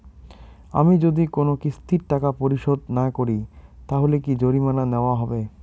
আমি যদি কোন কিস্তির টাকা পরিশোধ না করি তাহলে কি জরিমানা নেওয়া হবে?